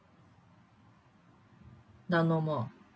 now no more